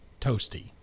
toasty